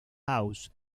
house